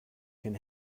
can